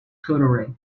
cutlery